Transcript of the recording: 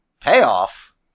Payoff